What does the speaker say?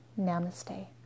Namaste